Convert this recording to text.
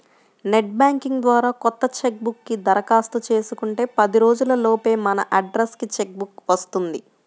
net banking ద్వారా కొత్త cheque book కి దరఖాస్తు చేసుకుంటే పది రోజుల లోపే మన అడ్రస్ కి చెక్ బుక్ వస్తుంది